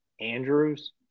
Andrews